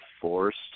forced